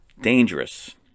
dangerous